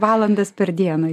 valandas per dieną